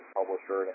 publisher